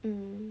mm